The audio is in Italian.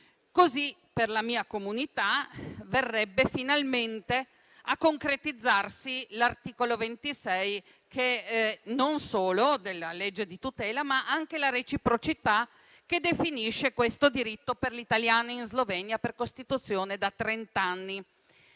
Così per la mia comunità verrebbe finalmente a concretizzarsi l'articolo 26 non solo della legge di tutela, ma anche per la reciprocità che definisce questo diritto per gli italiani in Slovenia, per Costituzione, da trent'anni.